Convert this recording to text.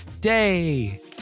day